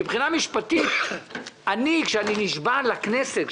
מבחינה משפטית כאשר אני נשבע לכנסת,